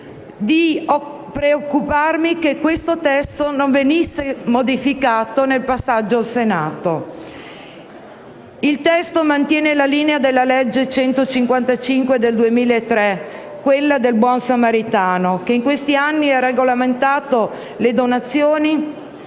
di preoccuparmi che questo testo non venisse modificato nel passaggio al Senato. Il testo mantiene la linea della legge n. 155 del 2003, detta «del buon samaritano», che, negli ultimi anni, ha regolamentato le donazioni